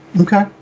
okay